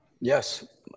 Yes